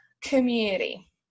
Community